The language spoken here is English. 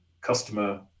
customer